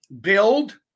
build